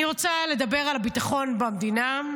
אני רוצה לדבר על הביטחון במדינה.